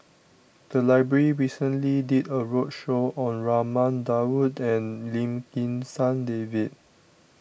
the library recently did a roadshow on Raman Daud and Lim Kim San David